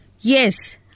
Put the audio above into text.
Yes